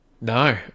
No